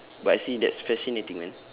but see that's fascinating man